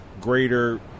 greater